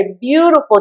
beautiful